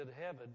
heaven